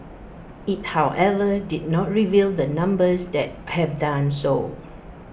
IT however did not reveal the numbers that have done so